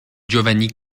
giovanni